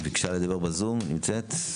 אשמח לקבל הבהרה על הניסוח: